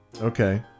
okay